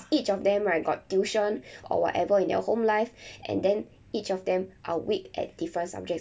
each of them right got tuition or whatever in their home life and then each of them are weak at different subject